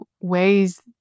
ways